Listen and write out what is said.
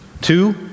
Two